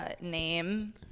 Name